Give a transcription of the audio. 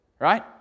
right